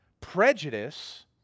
prejudice